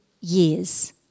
years